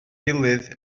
gilydd